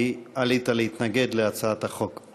כי עלית להתנגד להצעת החוק.